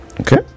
okay